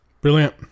Brilliant